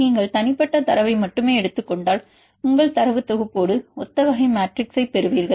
நீங்கள் தனிப்பட்ட தரவை மட்டுமே எடுத்துக் கொண்டால் உங்கள் தரவுத் தொகுப்போடு ஒத்த வகை மேட்ரிக்ஸைப் பெறுவீர்கள்